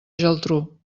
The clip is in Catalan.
geltrú